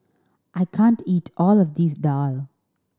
I can't eat all of this daal